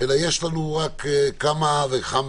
אלא יש לנו אפשרות כן לאשר,